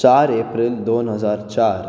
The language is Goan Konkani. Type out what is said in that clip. चार एप्रील दोन हजार चार